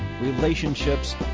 relationships